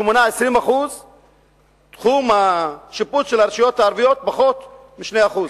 שמונה 20% תחום השיפוט של הרשויות הערביות פחות מ-2%.